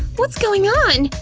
what's going on?